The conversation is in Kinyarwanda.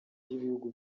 ry’ibihugu